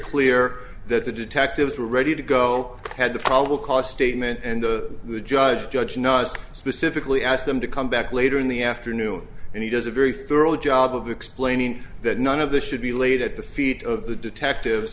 clear that the detectives were ready to go had the probable cause statement and the judge judge not specifically asked them to come back later in the afternoon and he does a very thorough job of explaining that none of this should be laid at the feet of the detective